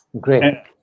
Great